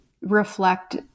reflect